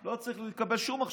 לא צריך לקבל שום הכשר.